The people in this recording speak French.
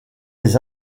les